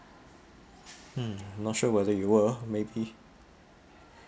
hmm not sure whether you were maybe